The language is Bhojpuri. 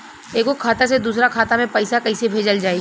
एगो खाता से दूसरा खाता मे पैसा कइसे भेजल जाई?